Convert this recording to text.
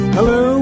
Hello